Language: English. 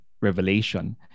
revelation